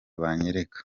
banyereka